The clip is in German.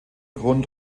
grund